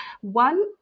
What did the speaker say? One